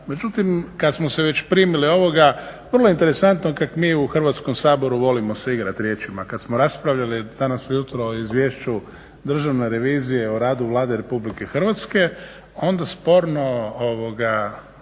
Međutim kada smo se već primili ovoga vrlo je interesantno kako mi u Hrvatskom saboru volimo se igrati riječima, kada smo raspravljali danas ujutro o izvješću Državne revizije o radu Vlade RH onda sporno